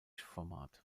format